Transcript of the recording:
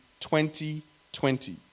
2020